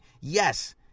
Yes